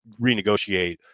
renegotiate